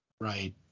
Right